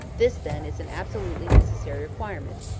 this, then, is an absolutely necessary requirement,